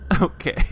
Okay